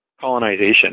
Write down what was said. colonization